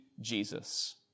Jesus